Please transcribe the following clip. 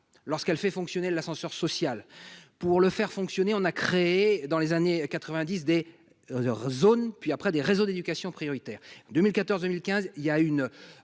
lorsqu'elle fait fonctionner l'ascenseur social pour le faire fonctionner, on a créé dans les années 90 des heures zone puis après des réseaux d'éducation prioritaire 2014, 2015, il y a une